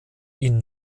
ihn